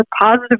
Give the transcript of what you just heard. positive